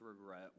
regret